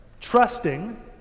trusting